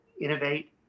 innovate